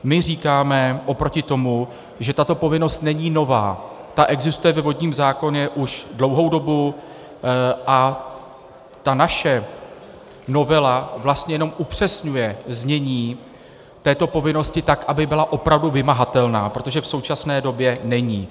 My oproti tomu říkáme, že tato povinnost není nová, ta existuje ve vodním zákoně už dlouhou dobu a naše novela vlastně jenom upřesňuje znění této povinnosti tak, aby byla opravdu vymahatelná, protože v současné době není.